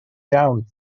iawn